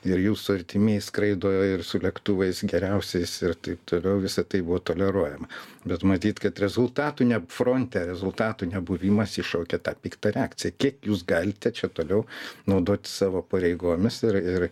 ir jūsų artimieji skraido ir su lėktuvais geriausiais ir taip toliau visa tai buvo toleruojama bet matyt kad rezultatų ne fronte rezultatų nebuvimas iššaukia tą piktą reakciją kiek jūs galite čia toliau naudotis savo pareigomis ir ir